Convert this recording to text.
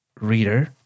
reader